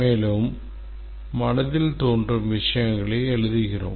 மேலும் மனதில் தோன்றும் விஷயங்களை எழுதுகிறோம்